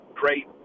great